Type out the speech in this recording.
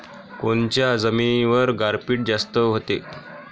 कोनच्या जमिनीवर गारपीट जास्त व्हते?